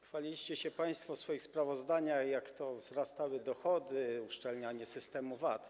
Chwaliliście się państwo w swoich sprawozdaniach, jak to wzrastały dochody, jak uszczelniany jest system VAT.